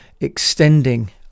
extending